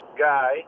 guy